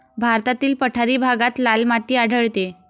भारतातील पठारी भागात लाल माती आढळते